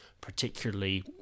particularly